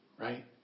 right